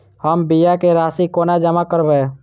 हम बीमा केँ राशि कोना जमा करबै?